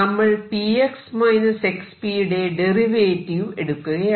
നമ്മൾ p x x p യുടെ derivative എടുക്കുകയാണ്